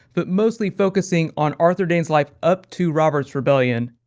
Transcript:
but mostly focusing on arthur dayne's life up to robert's rebellion.